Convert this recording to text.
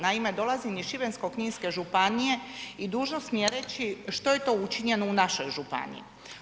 Naime, dolazim iz Šibensko-kninske županije i dužnost mi je reći što je to učinjeno u našoj županiji.